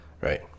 Right